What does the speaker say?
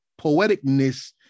poeticness